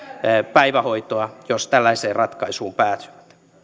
päivähoitoa jos tällaiseen ratkaisuun päätyvät